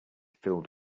filled